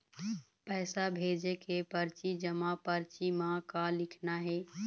पैसा भेजे के परची जमा परची म का लिखना हे?